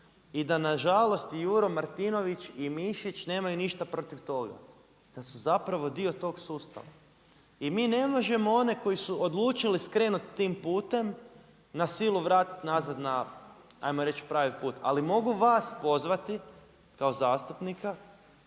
i da na žalost Juro Martinović i Mišić nemaju ništa protiv toga, da su zapravo dio tog sustava. I mi ne možemo one koji su odlučili skrenuti tim putem na silu vratit nazad na hajmo reći pravi put. Ali mogu vas pozvati kao zastupnika,